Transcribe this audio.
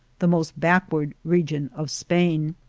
the most backward region of spain.